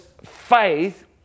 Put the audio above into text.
faith